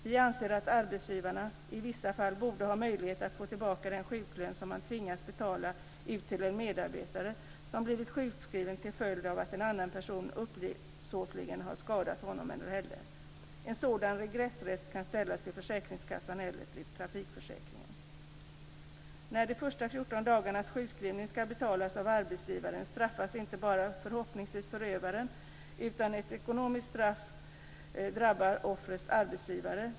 Vi anser att arbetsgivare i vissa fall borde ha en möjlighet att få tillbaka den sjuklön som de tvingas att betala ut till en medarbetare som blivit sjukskriven till följd av att en annan person uppsåtligen har skadat honom eller henne. En sådan regressrätt kan ställas till försäkringskassan eller trafikförsäkringen. När de första 14 dagarnas sjukskrivning ska betalas av arbetsgivaren straffas inte bara förövaren, utan ett ekonomiskt straff drabbar också offrets arbetsgivare.